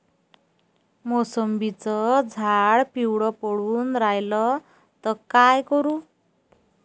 मोसंबीचं झाड पिवळं पडून रायलं त का करू?